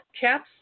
Caps